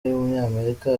w’umunyamerika